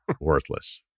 worthless